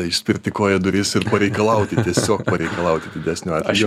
išspirti koja duris ir pareikalauti tiesiog pareikalauti didesnio atlygio